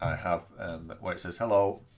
ah have wait says hello